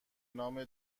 نام